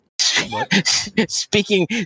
speaking